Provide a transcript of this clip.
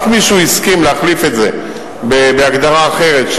רק משהוא הסכים להחליף את זה בהגדרה אחרת,